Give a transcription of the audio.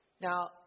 Now